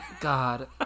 God